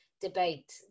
debate